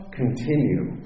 continue